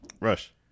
Rush